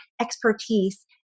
expertise